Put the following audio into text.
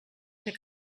ser